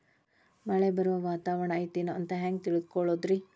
ಮಳೆ ಬರುವ ವಾತಾವರಣ ಐತೇನು ಅಂತ ಹೆಂಗ್ ತಿಳುಕೊಳ್ಳೋದು ರಿ?